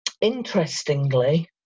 Interestingly